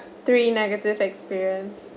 three negative experience